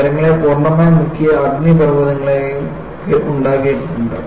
നഗരങ്ങളെ പൂർണമായും മുക്കിയ അഗ്നിപർവ്വതങ്ങളും ഉണ്ടായിട്ടുണ്ട്